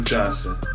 Johnson